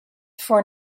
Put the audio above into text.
for